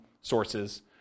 sources